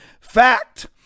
Fact